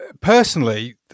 Personally